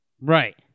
Right